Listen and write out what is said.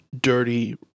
dirty